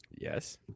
Yes